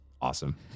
awesome